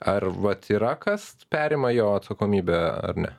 ar vat yra kas perima jo atsakomybę ar ne